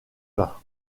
vin